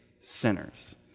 sinners